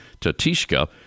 Tatishka